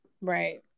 Right